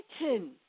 written